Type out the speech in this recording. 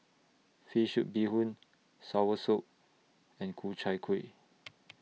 Fish Soup Bee Hoon Soursop and Ku Chai Kuih